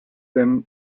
them